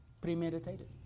premeditated